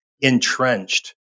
entrenched